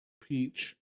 Peach